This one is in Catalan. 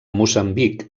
moçambic